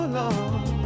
love